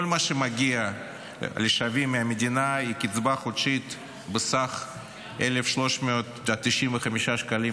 כל מה שמגיע לשבים מהמדינה הוא קצבה חודשית בסך 1,395 שקלים,